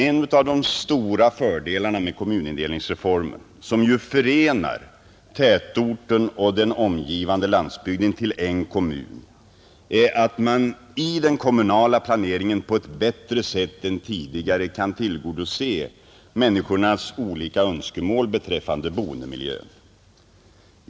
En av de stora fördelarna med kommunindelningsreformen, som ju förenar tätorten och den omgivande landsbygden till en kommun, är att man i den kommunala planeringen på ett bättre sätt än tidigare kan tillgodose människornas olika önskemål beträffande boendemiljön.